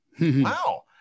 Wow